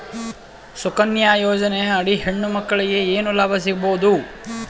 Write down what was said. ಸುಕನ್ಯಾ ಯೋಜನೆ ಅಡಿ ಹೆಣ್ಣು ಮಕ್ಕಳಿಗೆ ಏನ ಲಾಭ ಸಿಗಬಹುದು?